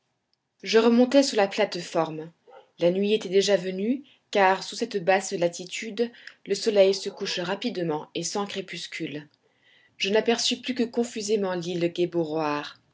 je remontai sur la plate-forme la nuit était déjà venue car sous cette basse latitude le soleil se couche rapidement et sans crépuscule je n'aperçus plus que confusément